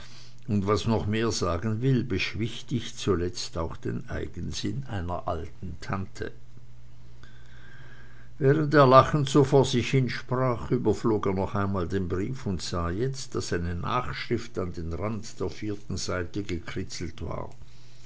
und was noch mehr sagen will beschwichtigt zuletzt auch den eigensinn einer alten tante während er lachend so vor sich hin sprach überflog er noch einmal den brief und sah jetzt daß eine nachschrift an den rand der vierten seite gekritzelt war